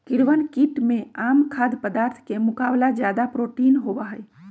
कीड़वन कीट में आम खाद्य पदार्थ के मुकाबला ज्यादा प्रोटीन होबा हई